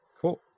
Cool